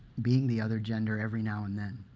being the other gender every now and then.